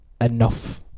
enough